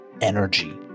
energy